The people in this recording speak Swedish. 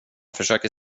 försöker